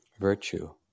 virtue